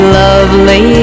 lovely